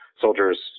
soldiers